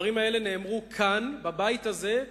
הדברים האלה נאמרו כאן, בבית הזה,